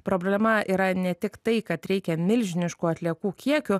problema yra ne tik tai kad reikia milžiniškų atliekų kiekių